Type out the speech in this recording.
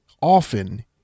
often